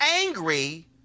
angry